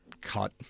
cut